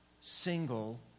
single